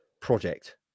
project